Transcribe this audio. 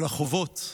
אבל החובות,